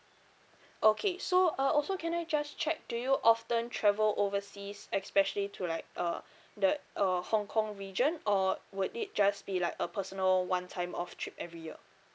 okay so uh also can I just check do you often travel overseas especially to like uh the uh hong kong region or would it just be like a personal one time off trip every year